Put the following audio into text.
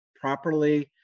properly